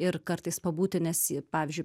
ir kartais pabūti nes pavyzdžiui